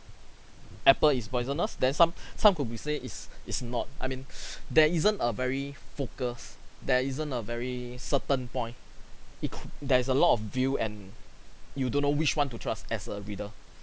apple is poisonous then some some could be say is is not I mean there isn't a very focus there isn't a very certain point it could there is a lot of view and you don't know which one to trust as a reader